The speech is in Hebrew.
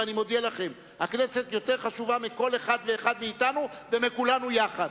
ואני מודיע לכם: הכנסת יותר חשובה מכל אחד ואחד מאתנו ומכולנו יחד.